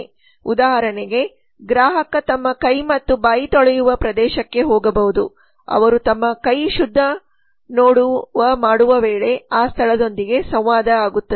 ಉದಾಹರಣೆಗೆ ಗ್ರಾಹಕ ತಮ್ಮ ಕೈ ಮತ್ತು ಬಾಯಿ ತೊಳೆಯುವ ಪ್ರದೇಶಕ್ಕೆ ಹೋಗಬಹುದು ಅವರು ತಮ್ಮ ಕೈ ಶುದ್ಧ ನೋಡುವ ಮಾಡುವ ವೇಳೆ ಆ ಸ್ಥಳದೊಂದಿಗೆ ಸಂವಾದ ಆಗುತ್ತದೆ